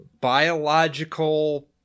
biological